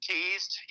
Teased